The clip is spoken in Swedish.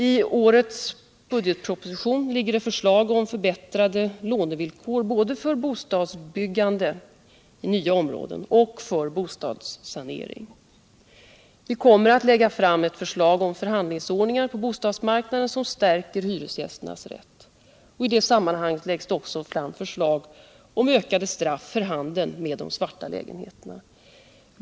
I årets budgetproposition ligger ett förslag om förbättrade lånevillkor både för bostadsbyggande i nya områden och för bostadssanering. Vi kommer också att lägga fram förslag om förhandlingsordningar på bostadsmarknaden som stärker hyresgästernas rätt. I det sammanhanget läggs också fram förslag om ökade straff för handeln med de svarta lägenheterna.